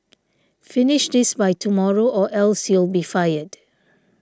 finish this by tomorrow or else you'll be fired